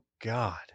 God